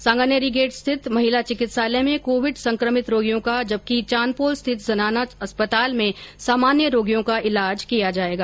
Sanganeri gate स्थित महिला चिकित्सालय में कोविड संक्रमित रोगियों का जबकि चांदपोल स्थित जनाना अस्पताल में सामान्य रोगियों का इलाज किया जायेगा